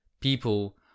people